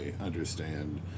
understand